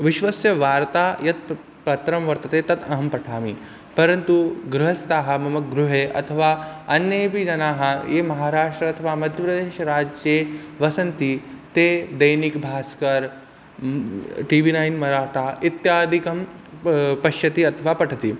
विश्वस्य वार्तायाः यत् पत्रं पत्रं वर्तते तत् अहं पठामि परन्तु गृहस्थाः मम गृहे अथवा अन्येऽपि जनाः ये महाराष्ट्रम् अथवा मध्यप्रदेशराज्ये वसन्ति ते Dainik Bhaskar T V nine Marathi इत्यादिकं प पश्यन्ति अथवा पठन्ति